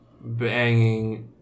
banging